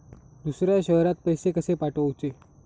दुसऱ्या शहरात पैसे कसे पाठवूचे?